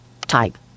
type